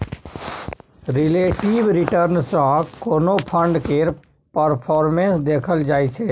relative return सँ कोनो fund केर परफॉर्मेस देखल जाइ छै